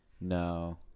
No